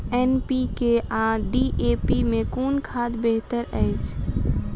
NPK आ DAP मे कुन खाद बेहतर अछि?